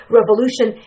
revolution